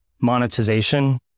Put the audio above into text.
monetization